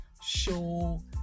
show